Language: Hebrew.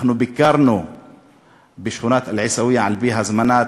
אנחנו ביקרנו בשכונת אל-עיסאוויה על-פי הזמנת,